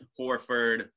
Horford